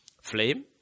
flame